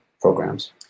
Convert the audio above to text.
programs